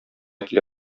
килә